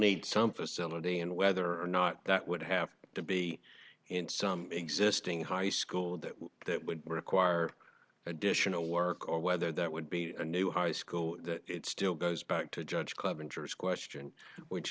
need some facility and whether or not that would have to be in some existing high school that that would require additional work or whether that would be a new high school still goes back to judge club injures question which